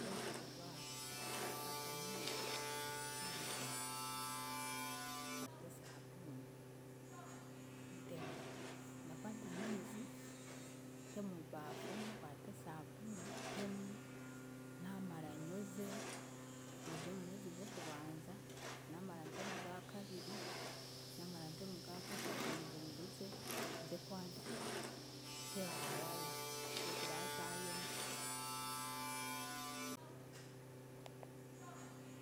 Ndooza ebijwaro, ndakwata amiizi nte mu baafu, nkwate saabuuni ntemu, ndakwata amiizi nte mu baafu, nkwate sabuuni ntemu, naamara nyoze, nyoze mu miizi g'okubanza, naamara nte mu ga kabiri, naamara nte mu ga kashatu nyubunguze nze kwa- nte ha waaya obwe zira zaayoma.